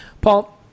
paul